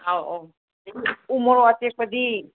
ꯑꯧ ꯑꯧ ꯎ ꯃꯣꯔꯣꯛ ꯑꯇꯦꯛꯄꯗꯤ